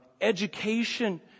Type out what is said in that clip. education